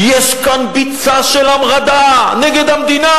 יש כאן ביצה של המרדה נגד המדינה.